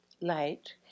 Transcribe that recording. light